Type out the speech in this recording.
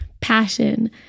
passion